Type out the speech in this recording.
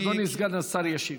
אדוני סגן השר ישיב.